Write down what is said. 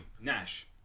Nash